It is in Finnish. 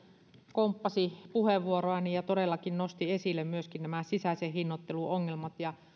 komppasi puheenvuoroani ja todellakin nosti esille myöskin nämä sisäisen hinnoittelun ongelmat ja